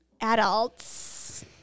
adults